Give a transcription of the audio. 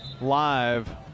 live